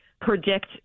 predict